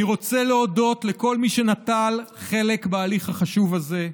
אני רוצה להודות לכל מי שנטל חלק בהליך החשוב הזה: